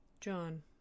John